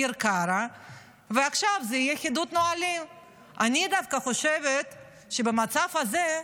שאני לא רואה טוב במשקפיים שלי.